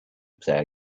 player